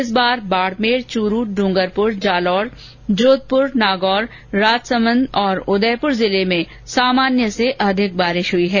इस बार बाड़मेर चूरू डूंगरपुर जालोर जोधपुर नागौर राजसमन्द और उदयपुर में सामान्य से अधिक बारिश हुई है